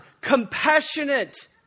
compassionate